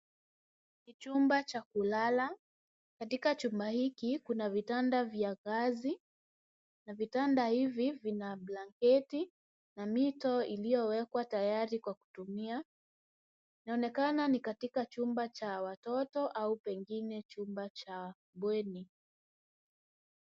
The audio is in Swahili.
Chumba cha kulala. Katika chumba hiki kuna vitanda vya ngazi na vitanda hivi vina blanketi na mito iliyowekwa tayari kwa kutumia. Inaonekana ni katika chumba cha watoto au pengine chumba cha bweni.